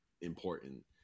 important